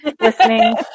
listening